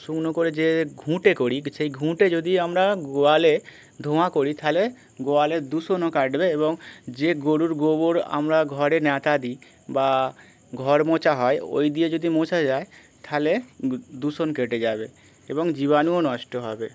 শুকনো করে যে ঘুঁটে করি সেই ঘুঁটে যদি আমরা গোয়ালে ধোঁয়া করি তাালে গোয়ালে দূষণও কাটবে এবং যে গরুর গোবর আমরা ঘরে ন্যাতা দিই বা ঘর মোছা হয় ওই দিয়ে যদি মোছা যায় থালে দূষণ কেটে যাবে এবং জীবাণুও নষ্ট হবে